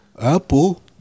Apple